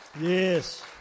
Yes